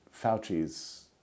Fauci's